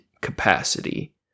capacity